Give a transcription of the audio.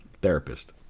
therapist